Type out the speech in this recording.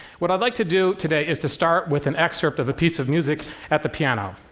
what i'd like to do today is to start with an excerpt of a piece of music at the piano.